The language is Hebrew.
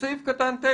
בהסתייגות מספר 9